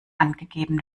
angegeben